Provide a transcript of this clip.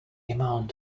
amount